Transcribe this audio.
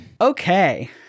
Okay